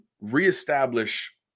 reestablish